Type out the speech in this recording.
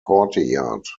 courtyard